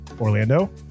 Orlando